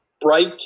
Bright